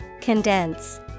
Condense